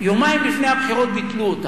יומיים לפני הבחירות ביטלו אותן.